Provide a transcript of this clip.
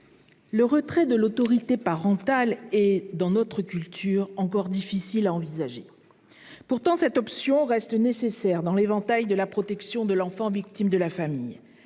le retrait de l'autorité parentale est, dans notre culture, encore difficile à envisager. Pourtant, cette option reste nécessaire dans l'éventail des moyens de protection de l'enfant victime de sa famille.